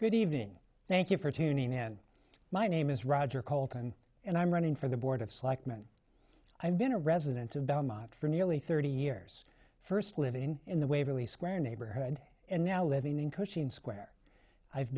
good evening thank you for tuning in my name is roger colton and i'm running for the board of selectmen i have been a resident of belmont for nearly thirty years first living in the waverly square neighborhood and now living in cushing square i've